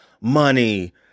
money